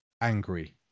angry